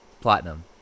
Platinum